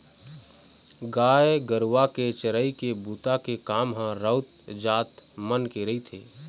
गाय गरुवा के चरई के बूता के काम ह राउत जात मन के रहिथे